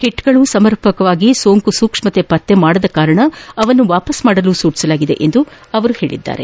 ಕಿಟ್ಗಳು ಸಮರ್ಪಕವಾಗಿ ಸೋಂಕು ಸೂಕ್ಷ್ಮತೆ ಪತ್ತೆ ಮಾಡದ ಕಾರಣ ಅವನ್ನು ಹಿಂದಿರುಗಿಸಲು ಸೂಚನೆ ನೀಡಲಾಗಿದೆ ಎಂದು ಅವರು ಹೇಳಿದ್ದಾರೆ